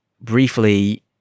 briefly